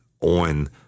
on